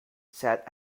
sat